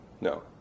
No